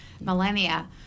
millennia